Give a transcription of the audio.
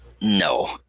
no